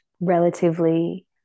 relatively